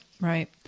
right